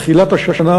תחילת השנה,